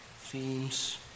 themes